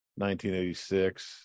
1986